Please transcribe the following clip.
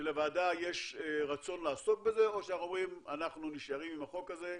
שלוועדה יש רצון לעסוק בזה או שאנחנו אומרים שאנחנו נשארים עם החוק הזה,